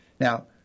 Now